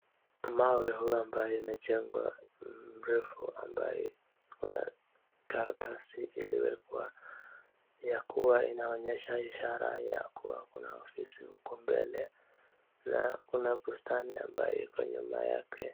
Mawe huwa ambaye imejengwa mrefu ambaye kuna karatasi iliwekwa ya kuwa inaonyesha ishara ya kuwa kuna ofisi uko mbele na kuna bustani ambayo iko nyuma yake.